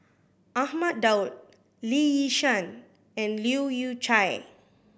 Ahmad Daud Lee Yi Shyan and Leu Yew Chye